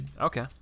Okay